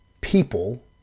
people